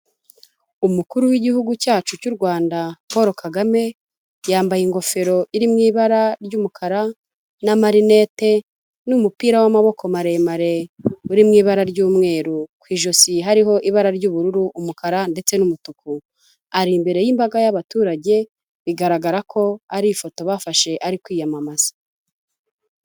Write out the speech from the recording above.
Umukuru w'igihugu cyacu cy'u Rwanda paul kagame yambaye ingofero iri mu ibara ry'umukara n'amarinete n'umupira w'amaboko maremare uri mu ibara ry'umweru ku ijosi hariho ibara ry'ubururu umukara ndetse n'umutuku ari imbere y'imbaga y'abaturage bigaragara ko ari ifoto bafashe ari kwiyamamaza.